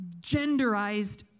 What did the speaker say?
genderized